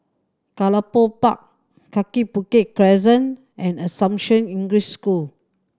Gallop Park Kaki Bukit Crescent and Assumption English School